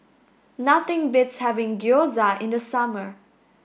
nothing beats having Gyoza in the summer